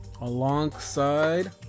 Alongside